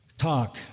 talk